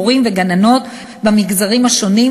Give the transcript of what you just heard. מורים וגננות במגזרים השונים,